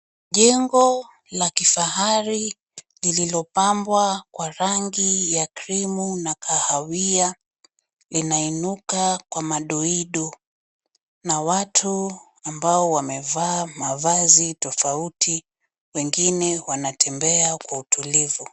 Jengo la kifahari lililopambwa kwa rangi ya krimu na kahawia linainuka kwa madoido . Na watu ambao wamevaa mavazi tofauti, wengine wanatembea kwa utulivi.